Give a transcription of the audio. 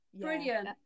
Brilliant